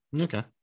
Okay